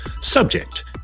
Subject